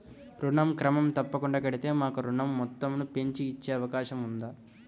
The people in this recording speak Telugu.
ఋణం క్రమం తప్పకుండా కడితే మాకు ఋణం మొత్తంను పెంచి ఇచ్చే అవకాశం ఉందా?